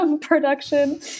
production